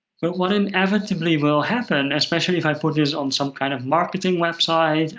but what inevitably will happen, especially if i put this on some kind of marketing website,